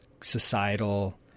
societal –